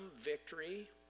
victory